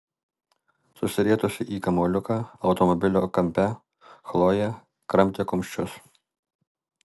susirietusi į kamuoliuką automobilio kampe chlojė kramtė kumščius